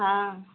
ହଁ